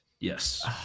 Yes